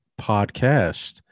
podcast